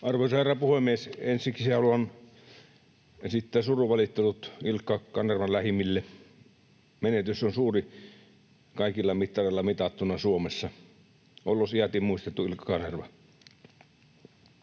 Arvoisa herra puhemies! Ensiksi haluan esittää surunvalittelut Ilkka Kanervan lähimmille. Menetys on suuri kaikilla mittareilla mitattuna Suomessa. Ollos iäti muistettu, Ilkka Kanerva.